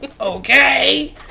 okay